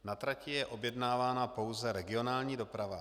Na trati je objednávána pouze regionální doprava.